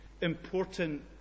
important